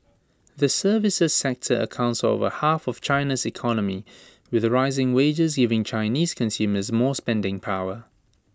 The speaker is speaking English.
the services sector accounts for over half of China's economy with rising wages giving Chinese consumers more spending power